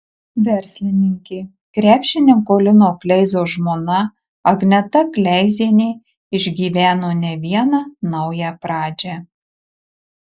verslininkė krepšininko lino kleizos žmona agneta kleizienė išgyveno ne vieną naują pradžią